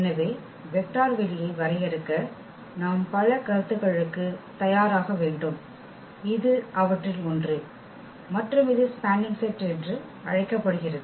எனவே வெக்டர் வெளியை வரையறுக்க நாம் பல கருத்துகளுக்குத் தயாராக வேண்டும் இது அவற்றில் ஒன்று மற்றும் இது ஸ்பேனிங் செட் என்று அழைக்கப்படுகிறது